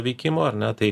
veikimo ar ne tai